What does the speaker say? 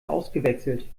ausgewechselt